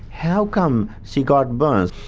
how come she got burns?